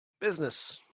Business